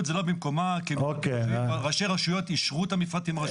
כי ראשי רשויות אישרו את המפרטים.